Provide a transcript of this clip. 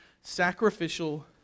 sacrificial